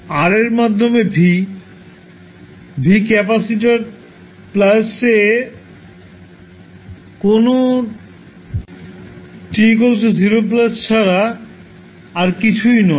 R এর মাধ্যমে V V capacitor voltage যা কোনও সময় t ০ছাড়া আর কিছুই নয়